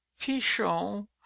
pichon